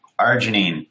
arginine